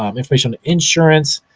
um information on insurance,